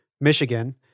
Michigan –